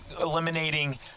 eliminating